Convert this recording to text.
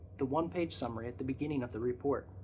the one-page summary at the beginning of the report.